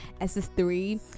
SS3